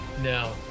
No